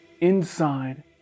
inside